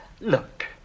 look